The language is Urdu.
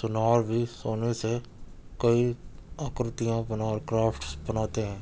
سونار بھی سونے سے کئی آکرتیاں بنا کرافٹس بناتے ہیں